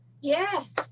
Yes